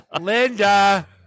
Linda